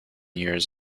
years